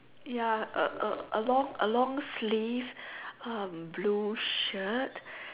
ya a a a long a long sleeve uh blue shirt